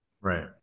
right